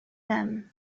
them